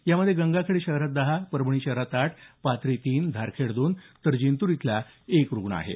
यामध्ये गंगाखेड शहरात दहा परभणी शहरात आठ पाथरी तीन धारखेड दोन तर जिंतूर इथला एक रुग्ण आहे